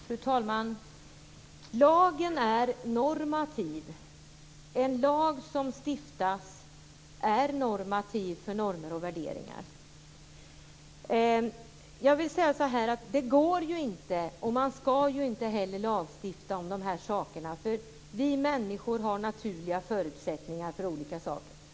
Fru talman! Lagen är normativ. En lag som stiftas är normativ för värderingar. Det går inte att, och man skall inte heller, lagstifta om dessa saker. Vi människor har naturliga förutsättningar för olika saker.